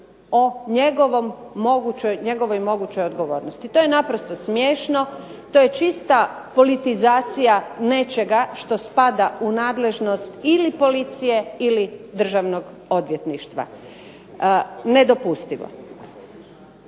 koji odlučuje o njegovoj mogućoj odgovornosti. To je naprosto smiješno. To je čista politizacija nečega što spada u nadležnost ili policije ili Državnog odvjetništva nedopustivo.